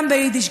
גם ביידיש,